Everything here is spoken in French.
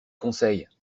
conseils